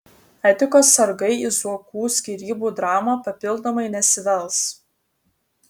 etikos sargai į zuokų skyrybų dramą papildomai nesivels